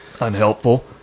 unhelpful